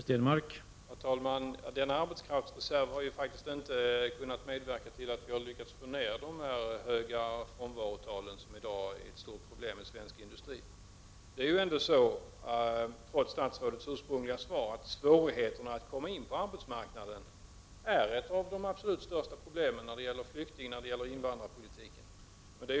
Herr talman! Den arbetskraftsreserven har inte medverkat till att vi fått ner de höga frånvarotal som i dag är ett stort problem i svensk industri. Trots det statsrådet sade i sitt ursprungliga svar är svårigheten att komma in på arbetsmarknaden ett av de absolut största problemen inom flyktingoch invandrarpolitiken.